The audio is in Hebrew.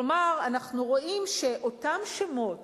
כלומר, אנחנו רואים שאותם שמות